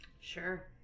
Sure